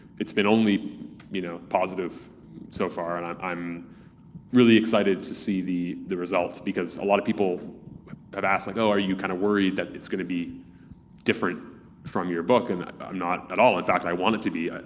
it's been only you know positive so far and i'm i'm really excited to see the the result. because a lot of people have asked like, oh, are you kinda kind of worried that it's gonna be different from your book? and i'm not at all. in fact, i want it to be.